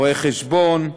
רואי-חשבון,